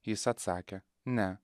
jis atsakė ne